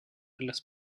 las